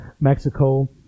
Mexico